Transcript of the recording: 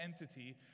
entity